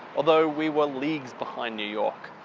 although we were leagues behind new york.